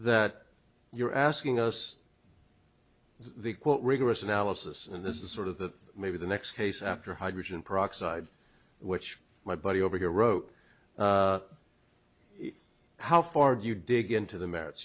that you're asking us the quote rigorous analysis and this is sort of the maybe the next case after hydrogen peroxide which my buddy over here wrote how far do you dig into the m